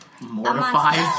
mortified